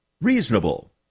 reasonable